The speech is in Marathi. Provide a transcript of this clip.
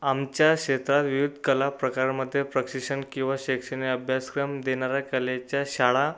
आमच्या क्षेत्रात विविध कला प्रकारांमधे प्रशिक्षण किंवा शैक्षणिक अभ्यासक्रम देणारा कलेच्या शाळा